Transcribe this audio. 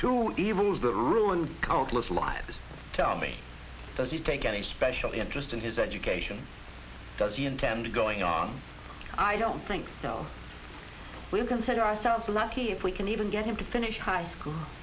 two evils the rule and countless lives tell me does he take any special interest in his education does he intend going on i don't think so we consider ourselves lucky if we can even get him to finish high school